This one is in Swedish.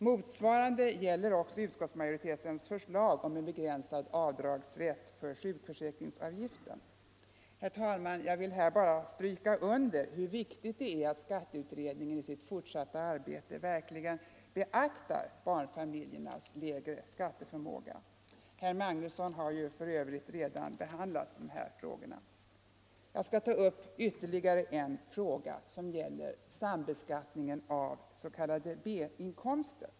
Motsvarande gäller utskottsmajoritetens förslag om en begränsad avdragsrätt för sjukförsäkringsavgiften. Herr talman! Jag vill här bara stryka under hur viktigt det är att skatteutredningen i sitt fortsatta arbete verkligen beaktar barnfamiljernas lägre skatteförmåga. Herr Magnusson i Borås har för övrigt redan behandlat de här frågorna. Jag skall ta upp ytterligare en fråga, som gäller sambeskattningen av s.k. B-inkomster.